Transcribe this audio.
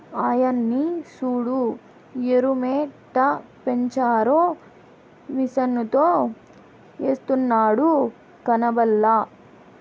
ఆయన్ని సూడు ఎరుయెట్టపెంచారో మిసనుతో ఎస్తున్నాడు కనబల్లా